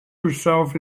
herself